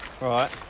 Right